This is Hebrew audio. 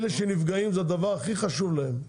אלה שנפגעים זה הדבר הכי חשוב להם,